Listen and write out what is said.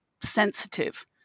sensitive